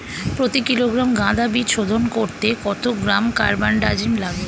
প্রতি কিলোগ্রাম গাঁদা বীজ শোধন করতে কত গ্রাম কারবানডাজিম লাগে?